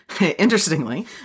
interestingly